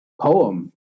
poem